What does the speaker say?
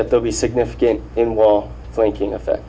that they'll be significant in war thinking effect